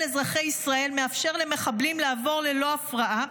אזרחי ישראל מאפשר למחבלים לעבור ללא הפרעה?